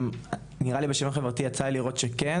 נראה לי שבשאלון החברתי נראה שכן,